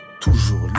toujours